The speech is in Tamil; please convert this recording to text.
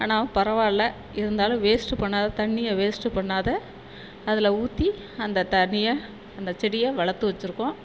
ஆனால் பரவாயில்ல இருந்தாலும் வேஸ்ட்டு பண்ணாத தண்ணியை வேஸ்ட்டு பண்ணாத அதில் ஊற்றி அந்த தண்ணியை அந்த செடியை வளர்த்து வெச்சுருக்கோம்